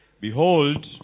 Behold